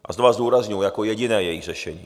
A znova zdůrazňuji jako jediné jejich řešení.